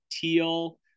teal